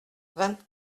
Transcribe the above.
vingt